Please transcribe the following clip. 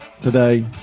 today